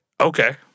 okay